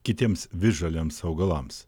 kitiems visžaliams augalams